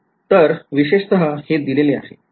तर विशेषतः हे दिलेले आहे